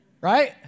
right